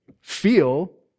feel